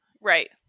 Right